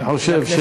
אני חושב,